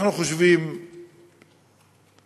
אנחנו חושבים שבאמת,